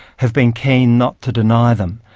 have been keen not to deny them.